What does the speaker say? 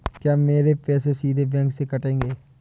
क्या मेरे पैसे सीधे बैंक से कटेंगे?